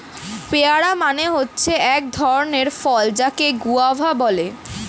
pair মানে হচ্ছে এক ধরণের ফল যাকে গোয়াভা বলে